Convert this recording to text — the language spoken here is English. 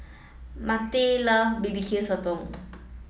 Marty love B B Q Sotong